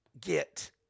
get